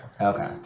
Okay